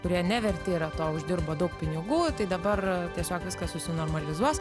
kurie neverti yra to uždirba daug pinigų tai dabar tiesiog viskas susinormalizuos